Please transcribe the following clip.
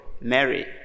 Mary